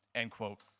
end quote.